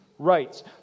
rights